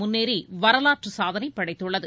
முன்னேறி வரலாற்றுச் சாதனை படைத்துள்ளது